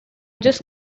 just